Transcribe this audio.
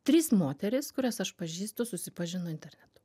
trys moterys kurias aš pažįstu susipažino internetu